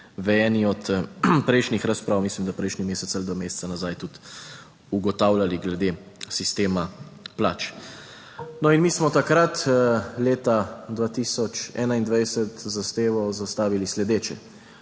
v eni od prejšnjih razprav, mislim, da prejšnji mesec ali dva meseca nazaj tudi ugotavljali glede sistema plač. No, in mi smo takrat leta 2021 zadevo zastavili sledeče.